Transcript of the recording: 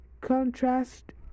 contrast